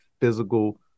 physical